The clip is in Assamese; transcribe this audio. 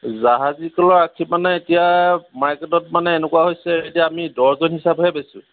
জাহাজী কলৰ আখি মানে এতিয়া মাৰ্কেটত মানে এনেকুৱা হৈছে এতিয়া আমি ডৰ্জন হিচাপেহে বেচোঁ